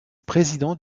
président